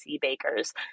Bakers